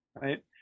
right